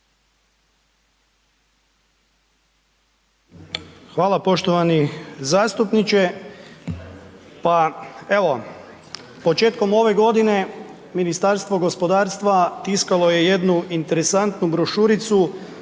Hvala poštovani zastupniče. Pa, evo, početkom ove godine, Ministarstvo gospodarstva tiskalo je jednu interesantnu brošuricu